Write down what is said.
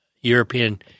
European